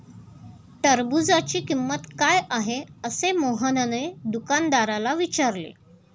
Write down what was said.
टरबूजाची किंमत काय आहे असे मोहनने दुकानदाराला विचारले?